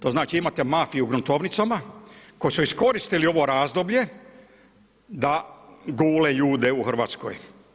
To znači, imate mafiju u gruntovnicama, koji su iskoristili ovo razdoblje da gule ljude u Hrvatskoj.